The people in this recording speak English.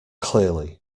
clearly